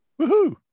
Woohoo